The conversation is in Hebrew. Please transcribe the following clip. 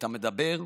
את המדבר,